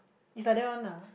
is like that one lah